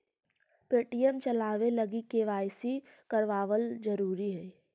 Paytm चलाबे लागी KYC करबाबल जरूरी हई